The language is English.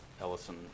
Ellison